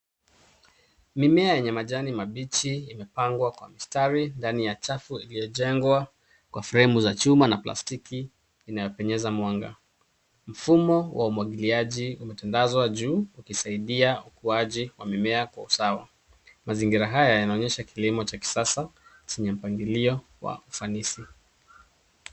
Mimea yenye majani mabichi imepangwa kwa mstari ndani ya chafu iliyojengwa kwa fremu za chuma na plastiki inapenyeza mwanga. Mfumo wa umwagiliaji umetandazwa juu ukisaidia ukuaji wa mimea kwa usawa. Mazingira haya yanaonyesha kilimo cha kisasa chenye mpangilio wa ufanisi.